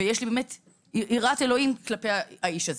ויש לי יראת אלוהים כלפי האיש הזה.